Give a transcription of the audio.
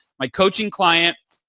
my coaching client,